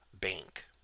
bank